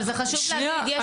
אבל חשוב להגיד.